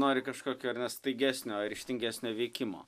nori kažkokio ar ne staigesnio ryžtingesnio veikimo